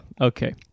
okay